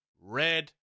Red